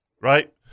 right